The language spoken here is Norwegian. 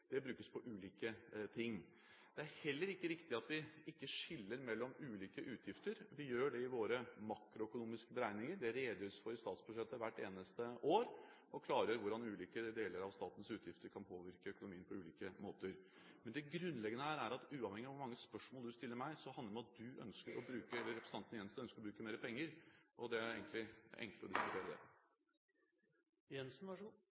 Det brukes på ulike ting. Det er heller ikke riktig at vi ikke skiller mellom ulike utgifter. Vi gjør det i våre makroøkonomiske beregninger. Det redegjøres det for i statsbudsjettet hvert eneste år, og man klargjør hvordan ulike deler av statens utgifter kan påvirke økonomien på ulike måter. Men det grunnleggende her er at uavhengig av hvor mange spørsmål du stiller meg, så handler det om at representanten Jensen ønsker å bruke mer penger – og det er egentlig enklere å diskutere det.